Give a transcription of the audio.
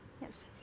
Yes